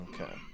Okay